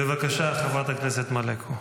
בבקשה, חברת הכנסת מלקו.